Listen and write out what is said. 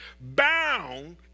bound